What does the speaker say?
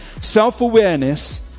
Self-awareness